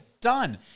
Done